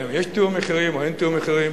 האם יש תיאום מחירים או אין תיאום מחירים,